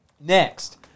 next